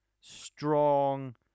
strong